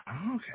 okay